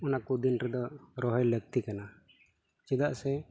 ᱚᱱᱟ ᱠᱚ ᱫᱤᱱ ᱨᱮᱫᱚ ᱨᱚᱦᱚᱭ ᱞᱟᱹᱠᱛᱤ ᱠᱟᱱᱟ ᱪᱮᱫᱟᱜ ᱥᱮ